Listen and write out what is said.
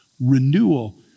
renewal